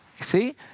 see